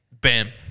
Bam